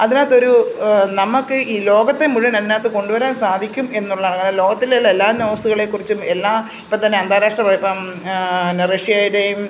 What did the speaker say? അതിനകത്തൊരു നമുക്ക് ഈ ലോകത്തെ മുഴുവൻ അതിനകത്ത് കൊണ്ടുവരാൻ സാധിക്കും എന്നുള്ളതാണ് കാരണം ലോകത്തിലുള്ള എല്ലാ ന്യൂസുകളെ കുറിച്ചും എല്ലാ ഇപ്പം തന്നെ അന്താരാഷ്ട്ര ഇപ്പം പിന്നെ റഷ്യയുടേയും